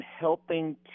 helping